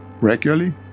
regularly